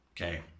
okay